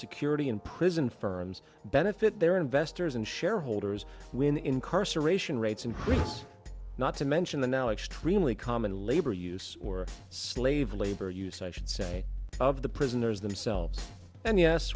security and prison firms benefit their investors and shareholders when incarceration rates increase not to mention the now extremely common labor use or slave labor use i should say of the prisoners themselves and yes